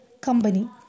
company